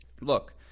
look